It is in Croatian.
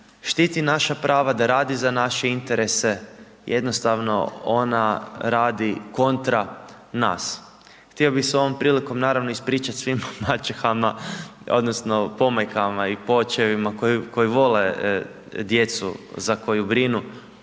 štiti naša prava, da radi za naše interese, jednostavno ona radi kontra nas. Htio bi se ovom prilikom naravno ispričati svim maćehama odnosno pomajkama i poočevima koji vole djecu za koju brinu,